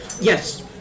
Yes